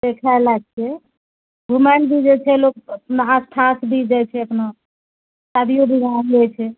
देखैला छिऐ हुमाद भी जे छै लोक अपना आस्थासँ भी दए छै अपना शादियो बिआह होइ छै